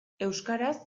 euskaraz